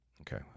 Okay